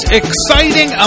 exciting